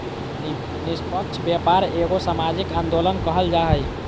निस्पक्ष व्यापार एगो सामाजिक आंदोलन कहल जा हइ